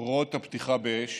הוראות הפתיחה באש